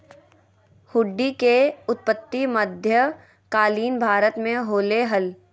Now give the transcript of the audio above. हुंडी के उत्पत्ति मध्य कालीन भारत मे होलय हल